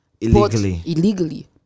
Illegally